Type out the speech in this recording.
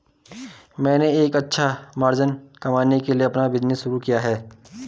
मैंने एक अच्छा मार्जिन कमाने के लिए अपना बिज़नेस शुरू किया है